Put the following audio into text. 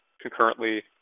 concurrently